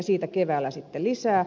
siitä keväällä sitten lisää